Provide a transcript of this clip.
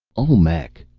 olmec!